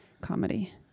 Comedy